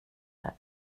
jag